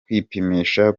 kwipimisha